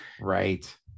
Right